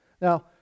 Now